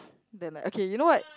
then like okay you know what